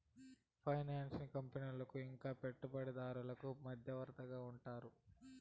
finance కంపెనీలకు ఇంకా పెట్టుబడిదారులకు మధ్యవర్తిగా ఉంటారు